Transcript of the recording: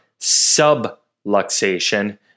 subluxation